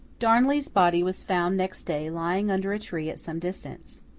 darnley's body was found next day lying under a tree at some distance.